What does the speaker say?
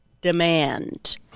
Demand